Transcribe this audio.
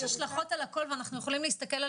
יש השלכות על הכול ואנחנו יכולים להסתכל על